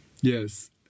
Yes